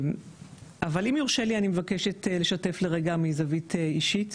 אבל אם יורשה לי אני מבקשת לשתף לרגע מזווית אישית.